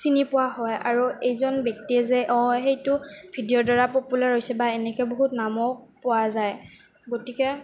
চিনি পোৱা হয় আৰু এইজন ব্যক্তিয়ে যে অঁ সেইটো ভিডিঅ' দ্বাৰা পপুলাৰ হৈছে বা এনেকে বহুত নামো পোৱা যায় গতিকে